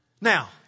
now